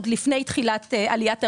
עוד לפני תחילת עליית הריבית,